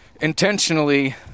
intentionally –